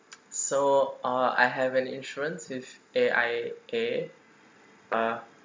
so uh I have an insurance with A_I_A uh